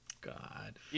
God